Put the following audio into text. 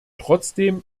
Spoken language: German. trotzdem